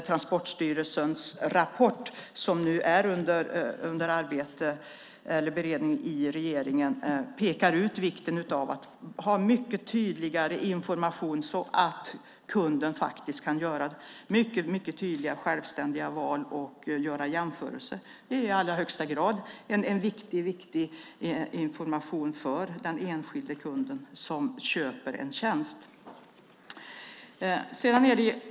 Transportstyrelsens rapport, som just nu bereds i Regeringskansliet, pekar på vikten av tydligare information, så att kunden kan göra tydliga självständiga val och jämförelser. Det är i allra högsta grad viktig information för den enskilde kunden som köper en tjänst.